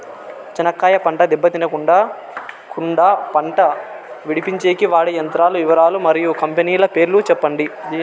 చెనక్కాయ పంట దెబ్బ తినకుండా కుండా పంట విడిపించేకి వాడే యంత్రాల వివరాలు మరియు కంపెనీల పేర్లు చెప్పండి?